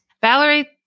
Valerie